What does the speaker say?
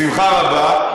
בשמחה רבה.